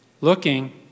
looking